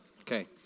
Okay